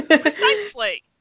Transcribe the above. Precisely